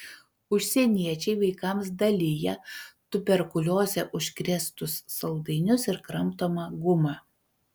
užsieniečiai vaikams dalija tuberkulioze užkrėstus saldainius ir kramtomą gumą